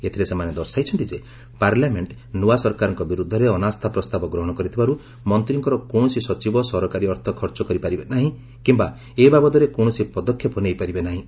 ଏଥିରେ ସେମାନେ ଦର୍ଶାଇଛନ୍ତି ଯେ ପାର୍ଲାମେଣ୍ଟ ନୂଆ ସରକାରଙ୍କ ବିରୁଦ୍ଧରେ ଅନାସ୍ଥା ପ୍ରସ୍ତାବ ଗ୍ରହଣ କରିଥିବାରୁ ମନ୍ତ୍ରୀଙ୍କର କୌଣସି ସଚିବ ସରକାରୀ ଅର୍ଥ ଖର୍ଚ୍ଚ କରିପାରିବେ ନାହିଁ କିମ୍ବା ଏ ବାବଦରେ କୌଣସି ପଦକ୍ଷେପ ନେଇପାରିବେ ନାହିଁ